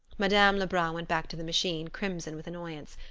madame lebrun went back to the machine, crimson with annoyance.